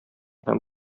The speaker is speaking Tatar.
һәм